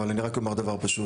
אבל אני רק אומר דבר פשוט.